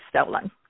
stolen